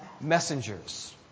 messengers